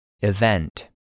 Event